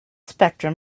spectrum